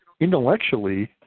intellectually